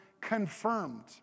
confirmed